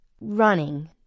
running